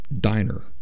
diner